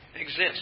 exists